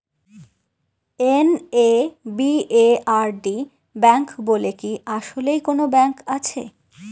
NABARD bank বলে কি আসলেই কোনো ব্যাংক আছে?